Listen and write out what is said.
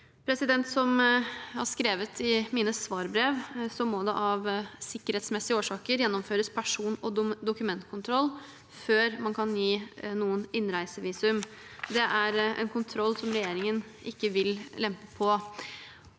Norge. Som jeg har skrevet i mine svarbrev, må det av sikkerhetsmessige årsaker gjennomføres person- og dokumentkontroll før man kan gi noen innreisevisum. Det er en kontroll regjeringen ikke vil lempe på.